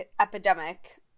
epidemic